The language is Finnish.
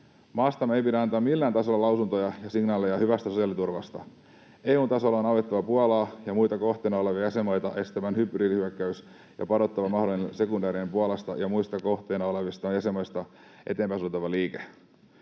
Maastamme ei pidä antaa millään tasolla lausuntoja ja signaaleja hyvästä sosiaaliturvasta. EU:n tasolla on autettava Puolaa ja muita kohteena olevia jäsenmaita estämään hybridihyökkäys ja padottava mahdollinen sekundaarinen Puolasta ja muista kohteena olevista jäsenmaista eteenpäin suuntautuva liike.